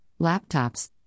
laptops